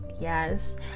yes